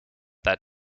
that